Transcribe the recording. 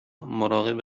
مراقب